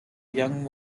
young